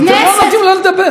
אבל אתם לא נותנים לה לדבר.